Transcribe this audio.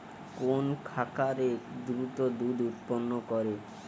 কোন খাকারে দ্রুত দুধ উৎপন্ন করে?